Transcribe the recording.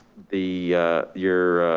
the you're.